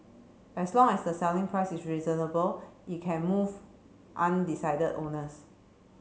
as long as the selling price is reasonable it can move undecided owners